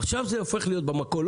עכשיו זה הופך להיות במכולות,